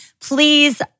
please